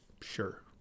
Sure